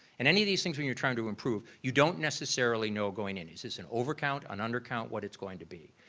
and any of these things when you're trying to improve, you don't necessarily know going in. is this an over count, an undercount, what it's going to be.